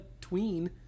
tween